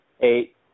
eight